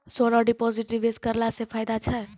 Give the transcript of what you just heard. सोना deposit निवेश करला से फैदा छै?